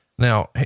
Now